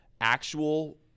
actual